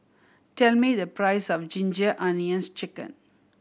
tell me the price of Ginger Onions Chicken